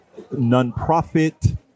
nonprofit